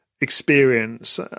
experience